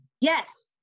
Yes